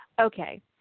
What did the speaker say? Okay